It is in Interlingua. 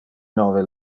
nove